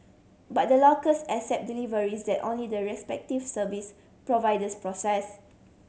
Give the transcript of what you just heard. but the lockers accept deliveries that only the respective service providers process